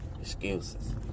Excuses